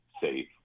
safe